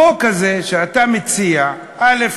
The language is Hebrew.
החוק הזה שאתה מציע, א.